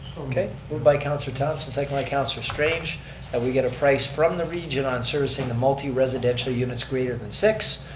okay, moved by councilor thomson, second by councilor strange that we get price from the region on servicing the multi-residential units greater than six.